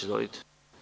Izvolite.